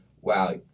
wow